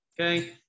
okay